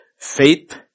Faith